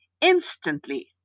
instantly